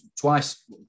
twice